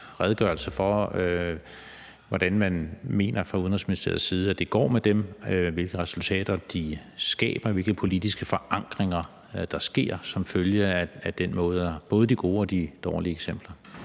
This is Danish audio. redegørelse for, hvordan man fra Udenrigsministeriets side mener at det går med dem, hvilke resultater de skaber, og hvilke politiske forankringer der sker som følge af den måde, altså både de gode og de dårlige eksempler.